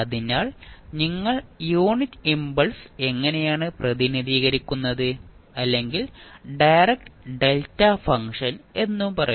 അതിനാൽ നിങ്ങൾ unit impulse ഇങ്ങനെയാണ് പ്രതിനിധീകരിക്കുന്നത് അല്ലെങ്കിൽ ഡയറക്ട് ഡെൽറ്റ ഫംഗ്ഷൻ എന്ന് പറയും